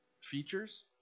features